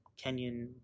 Kenyan